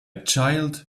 child